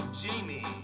Jamie